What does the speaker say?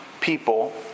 people